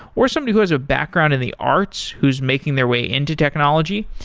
or somebody who has a background in the arts who's making their way into technology.